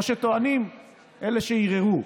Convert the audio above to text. כמו שטוענים אלה שערערו.